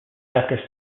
after